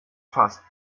fast